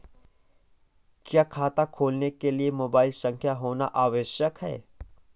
क्या खाता खोलने के लिए मोबाइल संख्या होना आवश्यक है?